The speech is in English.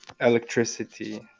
electricity